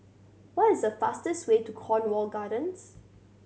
what is the fastest way to Cornwall Gardens